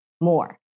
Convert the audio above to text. more